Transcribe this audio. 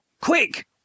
Quick